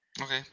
Okay